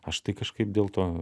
aš tai kažkaip dėl to